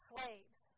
Slaves